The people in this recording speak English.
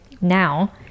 now